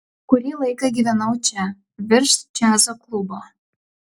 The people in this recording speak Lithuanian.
kurį laiką gyvenau čia virš džiazo klubo